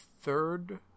third